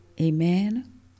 Amen